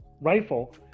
rifle